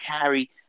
carry